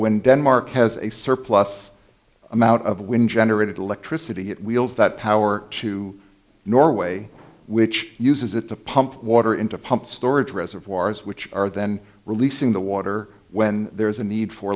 when denmark has a surplus amount of wind generated electricity it wields that power to norway which uses it to pump water into pumped storage reservoirs which are then releasing the water when there is a need for